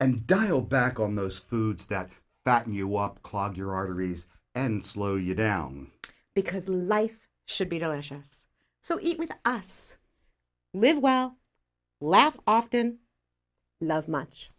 and dial back on those foods that that you want clog your arteries and slow you down because life should be delicious so eat with us live well laugh often love much